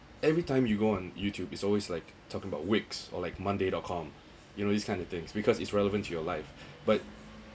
every time you go on youtube is always like talking about wigs are like monday dot com you know this kind of things because it's relevant to your life but